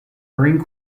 marine